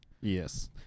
yes